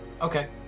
Okay